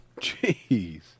Jeez